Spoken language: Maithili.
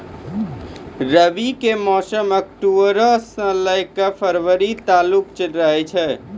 रबी के मौसम अक्टूबरो से लै के फरवरी तालुक रहै छै